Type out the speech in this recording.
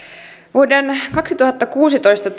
vuoden kaksituhattakuusitoista